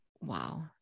wow